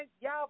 y'all